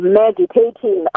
meditating